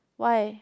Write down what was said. why